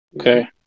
okay